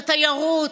התיירות,